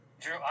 Drew